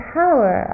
power